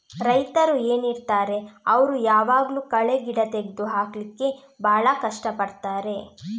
ರೈತರು ಏನಿರ್ತಾರೆ ಅವ್ರು ಯಾವಾಗ್ಲೂ ಕಳೆ ಗಿಡ ತೆಗ್ದು ಹಾಕ್ಲಿಕ್ಕೆ ಭಾಳ ಕಷ್ಟ ಪಡ್ತಾರೆ